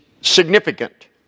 significant